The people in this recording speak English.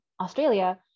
Australia